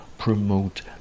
Promote